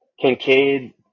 Kincaid